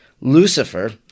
Lucifer